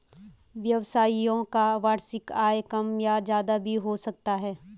व्यवसायियों का वार्षिक आय कम या ज्यादा भी हो सकता है